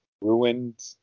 ruined